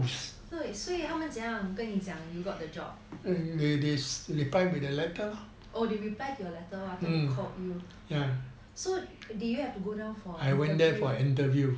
所以他们怎么样跟你讲 you got the job oh they replied to your letter I thought they called so did you have to go down for an interview